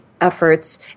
efforts